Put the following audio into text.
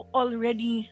already